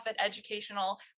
educational